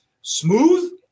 Smooth